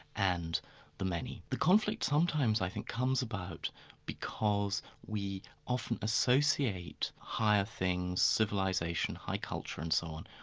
and the many. the conflict sometimes i think comes about because we often associate higher things, civilisation, high culture and so on,